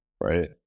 right